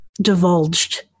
divulged